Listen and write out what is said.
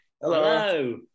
Hello